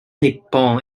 nippon